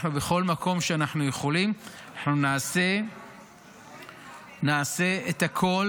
בכל מקום שאנחנו יכולים אנחנו נעשה את הכול